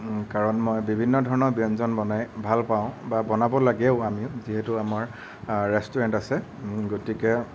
কাৰণ মই বিভিন্ন ধৰণৰ ব্যঞ্জন বনাই ভাল পাওঁ বা বনাব লাগে আমিও যিহেতু আমাৰ ৰেষ্টুৰেণ্ট আছে গতিকে